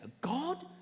God